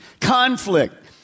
conflict